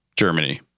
Germany